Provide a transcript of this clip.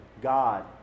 God